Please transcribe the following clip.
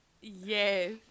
Yes